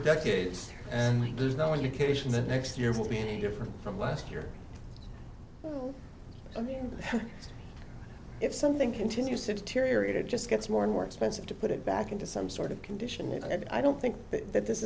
decades and there's no indication that next year will be any different from last year i mean if something continues to deteriorate it just gets more and more expensive to put it back into some sort of condition and i don't think that this